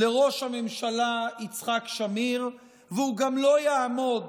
לראש הממשלה יצחק שמיר, והוא לא יעמוד